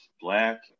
Black